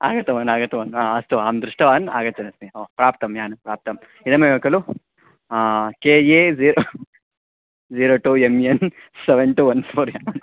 आगतवान् आगतवान् अस्तु अहं दृष्टवान् आगच्छन्नस्मि प्राप्तं यानं प्राप्तम् इदमेव खलु K A zero zero two M N seven two one four N